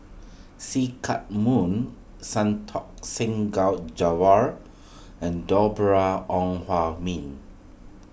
See Chak Mun Santokh Singh Gao and Deborah Ong Hua Min